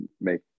make